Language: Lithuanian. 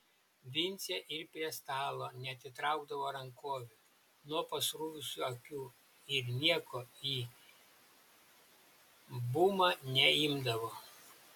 vincė ir prie stalo neatitraukdavo rankovių nuo pasruvusių akių ir nieko į bumą neimdavo